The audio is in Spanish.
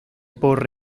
por